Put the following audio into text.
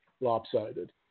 lopsided